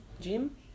Gym